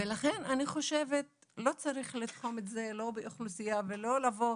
ולכן אני חושבת לא צריך לתחום את זה לא באוכלוסייה ולא לבוא.